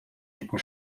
dicken